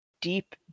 deep